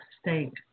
state